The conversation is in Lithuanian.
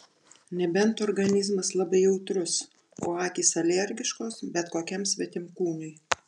nebent organizmas labai jautrus o akys alergiškos bet kokiam svetimkūniui